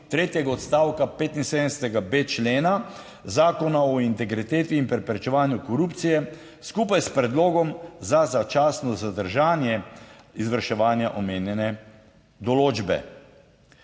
odstavka 75.b člena Zakona o integriteti in preprečevanju korupcije, skupaj s predlogom za začasno zadržanje izvrševanja omenjene določbe.